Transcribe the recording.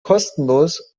kostenlos